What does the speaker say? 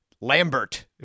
Lambert